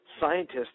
scientists